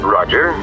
Roger